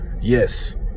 Yes